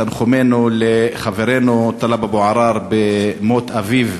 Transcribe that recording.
את תנחומינו לחברנו טלב אבו עראר במות אביו.